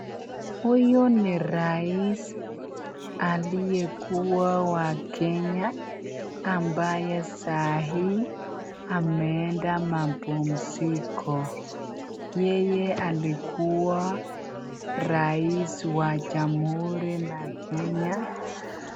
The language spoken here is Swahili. Huyu ni rais aliyekuwa wa Kenya ambaye sahii ameenda mapumziko, yeye alikua rais wa jamhuri la Kenya.